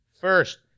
first